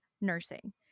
nursing